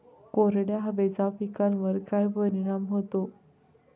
कोरड्या हवेचा पिकावर काय परिणाम होतो?